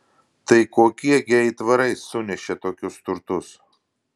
tai kokie gi aitvarai sunešė tokius turtus